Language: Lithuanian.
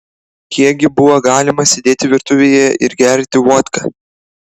kiek gi buvo galima sėdėti virtuvėje ir gerti vodką